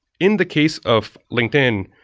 in the case of linkedin,